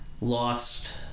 lost